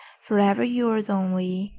forever yours only,